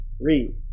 Read